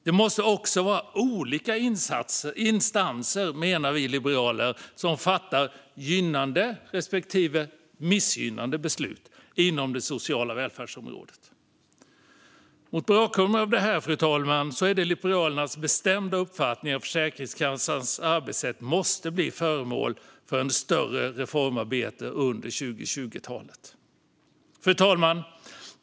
Det måste också vara olika instanser, menar vi liberaler, som fattar gynnande respektive missgynnande beslut inom det sociala välfärdsområdet. Mot bakgrund av detta, fru talman, är det Liberalernas bestämda uppfattning att Försäkringskassans arbetssätt måste bli föremål för ett större reformarbete under 2020-talet. Fru talman!